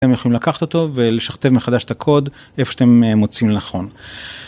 אתם יכולים לקחת אותו, ולשכתב מחדש את הקוד איפה שאתם מוצאים לנכון.